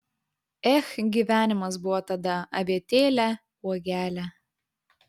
ech gyvenimas buvo tada avietėle uogele